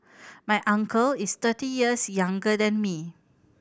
my uncle is thirty years younger than me